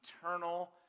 eternal